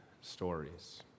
stories